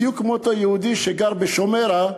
בדיוק כמו אותו יהודי שגר בשומרה,